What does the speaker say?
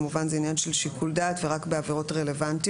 כמובן זה עניין של שיקול דעת ורק בעבירות רלוונטיות,